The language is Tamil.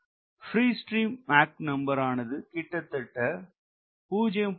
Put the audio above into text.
ஃப்ரீஸ்ட்ரீம் மாக் நம்பர் ஆனது கிட்டத்தட்ட 0